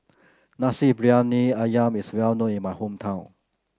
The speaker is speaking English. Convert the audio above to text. Nasi Briyani ayam is well known in my hometown